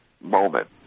moment